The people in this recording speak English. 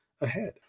ahead